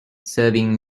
serving